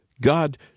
God